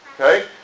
Okay